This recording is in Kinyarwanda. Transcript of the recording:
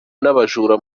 n’abajura